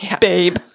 babe